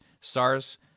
sars